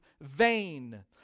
vain